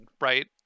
right